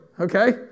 Okay